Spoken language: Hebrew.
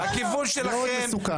מאד מסוכן.